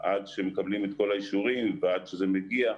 עד שמקבלים את כל האישורים ועד שזה מגיע,